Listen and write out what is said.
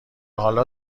حالا